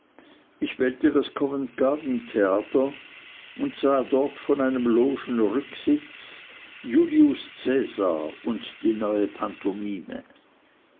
ich wählte das coventgarden theater und sah dort von einem logenrücksitz julius cäsar und die neue pantomime